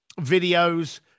videos